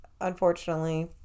unfortunately